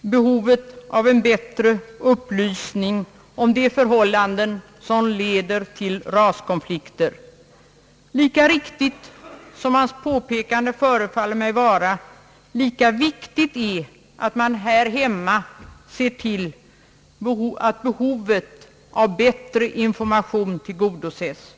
behovet av en bättre upplysning om de förhållanden som leder till raskonflikter. Lika riktigt som hans påpekande förefaller mig att vara, lika viktigt är att man här hemma ser till att behovet av bättre information tillgodoses.